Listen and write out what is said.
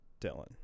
Dylan